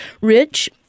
Rich